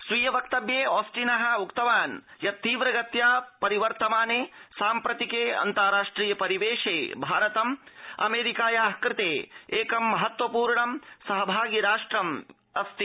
स्वीय वक्तव्ये ऑस्टिन उक्तवान् यत् तीव्रगत्या परिवर्तमाने साम्प्रतिके अन्ता राष्ट्रिय परिवेशे भारतम् अमेरिकाया कृते एकं महत्त्व पूर्ण सहभागि राष्ट्रम् अस्ति